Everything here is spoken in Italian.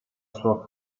sua